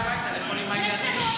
אולי נגיע הביתה לאכול עם הילדים.